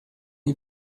die